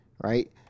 right